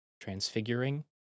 transfiguring